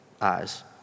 eyes